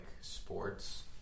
sports